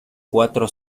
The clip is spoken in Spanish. cuatro